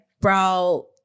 brow